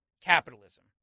capitalism